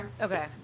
Okay